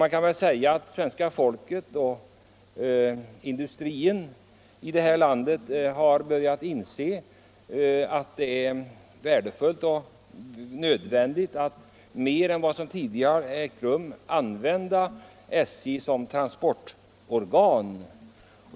Man kan väl tillägga att svenska folket och näringslivet börjat inse att det är värdefullt och nödvändigt att mer än hittills använda SJ som transportorgan.